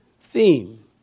Theme